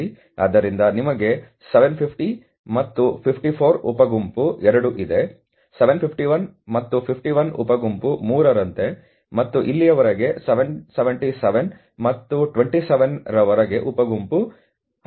ಆದ್ದರಿಂದ ನಿಮಗೆ 750 ಮತ್ತು 54 ಉಪ ಗುಂಪು 2 ಇದೆ 751 ಮತ್ತು 51 ಉಪ ಗುಂಪು 3 ರಂತೆ ಮತ್ತು ಇಲ್ಲಿಯವರೆಗೆ 777 ಮತ್ತು 27 ರವರೆಗೆ ಉಪ ಗುಂಪು 16 ಆಗಿ ಇತ್ಯಾದಿ